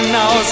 now